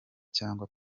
cyangwa